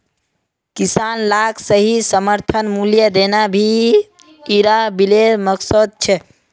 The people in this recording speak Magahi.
किसान लाक सही समर्थन मूल्य देना भी इरा बिलेर मकसद छे